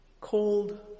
cold